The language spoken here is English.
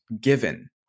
given